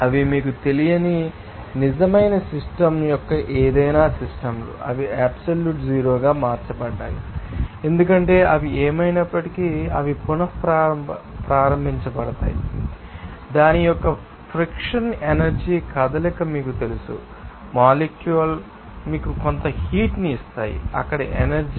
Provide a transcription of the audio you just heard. అవి మీకు తెలియని నిజమైన సిస్టమ్ యొక్క ఏదైనా సిస్టమ్ లు అవి అబ్సల్యూట్ జీరో గా మార్చబడ్డాయి ఎందుకంటే అవి ఏమైనప్పటికీ అవి పున ప్రారంభించబడతాయి మీకు తెలుసు దాని యొక్క ఫ్రిక్షన్ ఎనర్జీ కదలిక మీకు తెలుసు మొలిక్యూల్స్ మీకు కొంత హీట్ ని ఇస్తాయి అక్కడ ఎనర్జీ